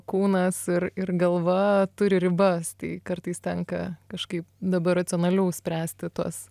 kūnas ir ir galva turi ribas tai kartais tenka kažkaip dabar racionaliau spręsti tuos